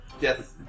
Yes